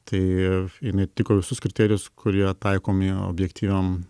tai jinai atitiko visus kriterijus kurie taikomi objektyviom